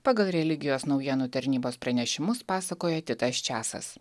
pagal religijos naujienų tarnybos pranešimus pasakoja titas česas